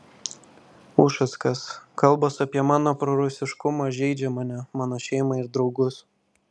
ušackas kalbos apie mano prorusiškumą žeidžia mane mano šeimą ir draugus